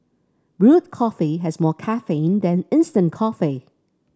brewed coffee has more caffeine than instant coffee